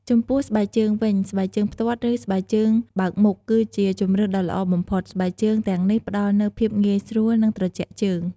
ចំពោះស្បែកជើងវិញ ស្បែកជើងផ្ទាត់ ឬ ស្បែកជើងបើកមុខ គឺជាជម្រើសដ៏ល្អបំផុត។ ស្បែកជើងទាំងនេះផ្ដល់នូវភាពងាយស្រួល និងត្រជាក់ជើង។